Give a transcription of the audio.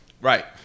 Right